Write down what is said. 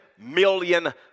million